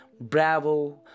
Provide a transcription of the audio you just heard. bravo